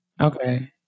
Okay